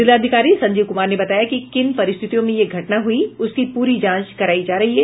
जिलाधिकारी संजीव कुमार ने बताया कि किन परिस्थितियों में यह घटना हुई उसकी पूरी जांच करायी जा रही है